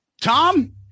Tom